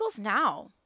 now